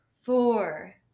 four